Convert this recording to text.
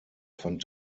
fand